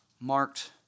marked